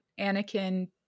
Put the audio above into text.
Anakin